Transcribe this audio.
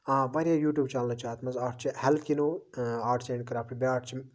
آ واریاہ یوٗٹوٗب چنلہٕ چھِ اَتھ منٛز اکھ چھِ ہٮ۪لٔتھ آرٹٔس اینڈ کرافٹ بیاکھ چھِ